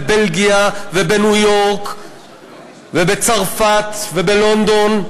בבלגיה ובניו-יורק ובצרפת ובלונדון,